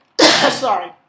sorry